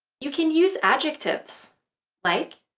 you can use adjectives like,